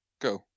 go